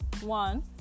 one